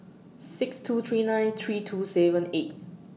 six two three nine three two seven eight